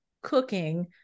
cooking